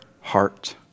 heart